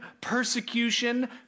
persecution